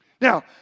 Now